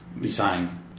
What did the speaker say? design